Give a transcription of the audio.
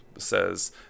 says